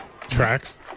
Tracks